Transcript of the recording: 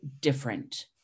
different